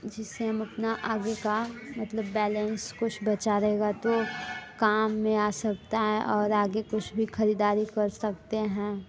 जिससे हम अपना आगे का मतलब बैलेंस कुछ बचा रहेगा तो काम में आ सकता हैं और आगे कुछ भी ख़रीददारी कर सकते हैं